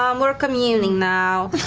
um we're communing now.